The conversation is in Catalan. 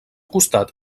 costat